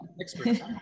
expert